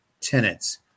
tenants